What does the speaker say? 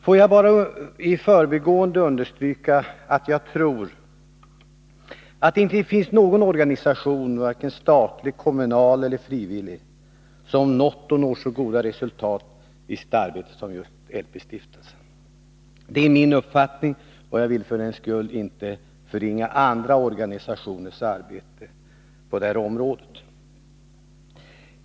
Får jag bara i förbigående understryka att jag tror att det inte finns någon organisation — varken statlig, kommunal eller frivillig — som nått och når så goda resultat i sitt arbete som just LP-stiftelsen. Det är min uppfattning, men jag vill för den skull inte förringa andra organisationers arbete på detta område.